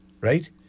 right